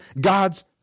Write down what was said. God's